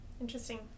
interesting